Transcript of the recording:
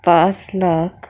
पाच लाख